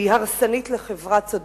שהיא הרסנית לחברה צודקת,